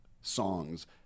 songs